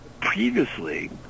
previously